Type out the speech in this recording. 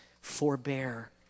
forbear